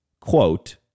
quote